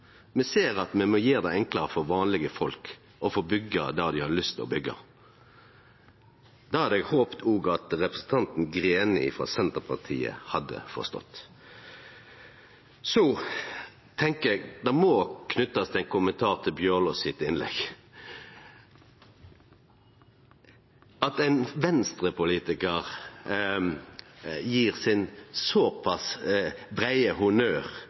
me ser at me må gjere det enklare for vanlege folk å få byggje det ein har lyst til å byggje. Det hadde eg håpt at òg representanten Greni frå Senterpartiet hadde forstått. Så tenkjer eg det må knytast ein kommentar til representanten Bjørlo sitt innlegg, når ein Venstre-politikar gjev sin såpass breie